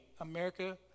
America